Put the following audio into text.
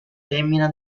femmina